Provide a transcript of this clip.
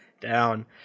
down